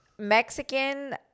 Mexican